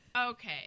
Okay